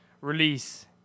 release